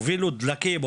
הובילו דלקים,